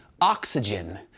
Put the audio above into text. oxygen